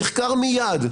נחקר מיד,